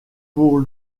pour